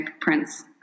prints